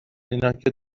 اینا، که